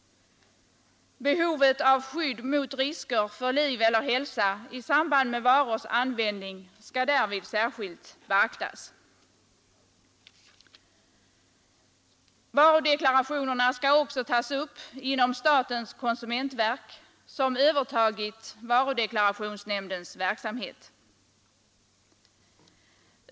Behovet av skydd mot risker för liv eller hälsa i samband med varors användning skall därvid särskilt beaktas. Varudeklarationerna skall också tas upp inom statens konsumentverk, som övertagit varudeklarationsnämndens verksamhet.